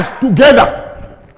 together